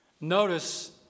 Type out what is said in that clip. Notice